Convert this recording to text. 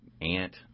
aunt